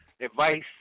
advice